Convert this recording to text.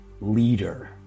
leader